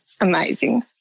Amazing